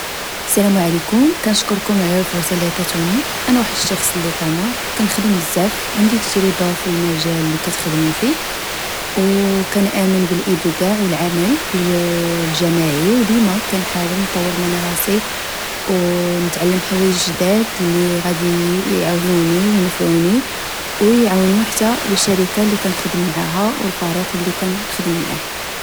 السلام عليكم. كنشكركم على الفرصه اللي عطيتوني انا واحد الشخص لي طموح كنخدم بزاف عندي تجربه في المجال لي كتخدم فيه وكان امن بالابداع والعمل الجماعي. وديما كنحاول نطور من راسي ونتعلم حوايج جداد لي غادي يعاونوني وينفعني ويعاون حتى الشريكه لي كنخدم معاها والفريق اللي كنخدم معاه